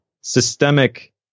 systemic